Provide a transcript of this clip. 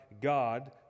God